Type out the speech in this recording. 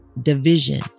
division